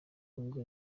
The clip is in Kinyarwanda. congo